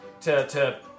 to-to